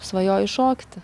svajoji šokti